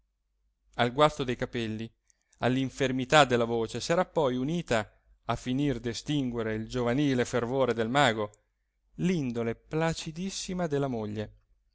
al guasto dei capelli all'infermità della voce s'era poi unita a finir d'estinguere il giovanile fervore del mago l'indole placidissima della moglie